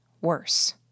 worse